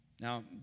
Now